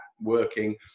working